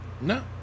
No